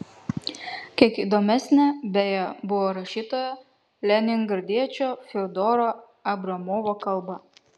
kiek įdomesnė beje buvo rašytojo leningradiečio fiodoro abramovo kalba